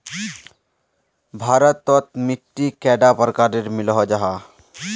भारत तोत मिट्टी कैडा प्रकारेर मिलोहो जाहा?